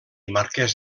marquès